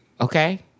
Okay